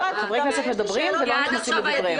חברי הכנסת מדברים ולא נכנסים לדבריהם.